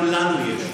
גם לנו יש.